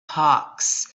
hawks